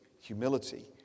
humility